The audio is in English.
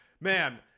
Man